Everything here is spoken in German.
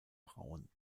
braun